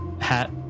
hat